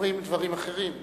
אומרים דברים אחרים?